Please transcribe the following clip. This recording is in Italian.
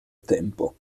tempo